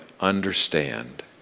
understand